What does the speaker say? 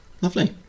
lovely